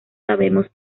sabemos